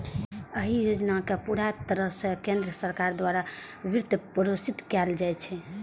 एहि योजना कें पूरा तरह सं केंद्र सरकार द्वारा वित्तपोषित कैल जाइ छै